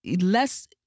less